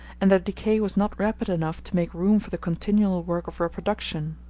and their decay was not rapid enough to make room for the continual work of reproduction.